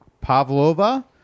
Pavlova